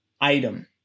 item